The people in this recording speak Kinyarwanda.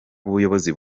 ubuyobozi